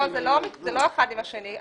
זה לא אחד מול השני.